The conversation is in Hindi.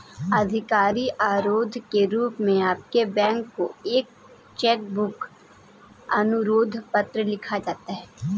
आधिकारिक अनुरोध के रूप में आपके बैंक को एक चेक बुक अनुरोध पत्र लिखा जाता है